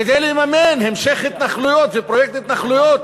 כדי לממן המשך התנחלויות, פרויקט התנחלויות